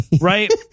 right